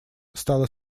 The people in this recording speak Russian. стала